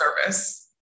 service